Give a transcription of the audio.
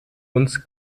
uns